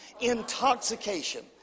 Intoxication